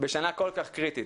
שבשנה כל כך קריטית,